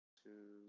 two